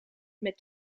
met